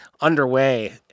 underway